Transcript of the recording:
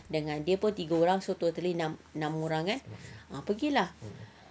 dengan dia pun tiga orang so total enam orang so pergi lah